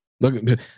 look